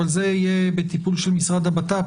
אבל זה יהיה בטיפול של משרד הבט"פ.